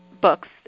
books